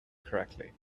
correctly